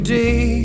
day